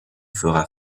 fera